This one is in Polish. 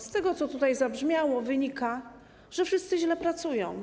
Z tego, co tutaj zabrzmiało, wynika, że wszyscy źle pracują.